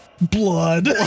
Blood